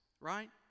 right